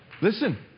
Listen